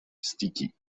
sticky